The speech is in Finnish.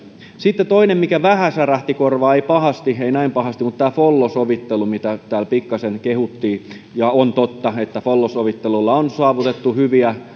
sitten toinen mikä vähän särähti korvaan vaikka ei näin pahasti on tämä follo sovittelu mitä täällä pikkasen kehuttiin on totta että follo sovittelulla on saavutettu hyviä